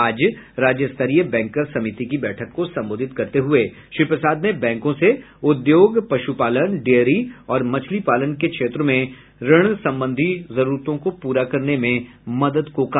आज राज्य स्तरीय बैंकर्स समिति की बैठक को संबोधित करते हुये श्री प्रसाद ने बैंकों से उद्योग पश्रपालन डेयरी और मछली पालन के क्षेत्र में ऋण संबंधी जरूरतों को पूरा करने में मदद को कहा